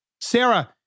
Sarah